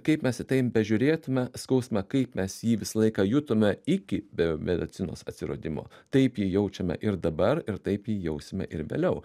kaip mes į tai bežiūrėtume skausmą kaip mes jį visą laiką jutome iki beomedicinos atsiradimo taip jį jaučiame ir dabar ir taip jį jausime ir vėliau